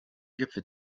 gipfel